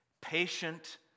patient